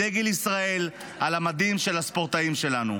דגל ישראל על המדים של הספורטאים שלנו.